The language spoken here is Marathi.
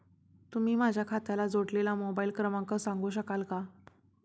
तुम्ही माझ्या खात्याला जोडलेला मोबाइल क्रमांक सांगू शकाल का?